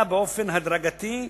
אלא באופן הדרגתי,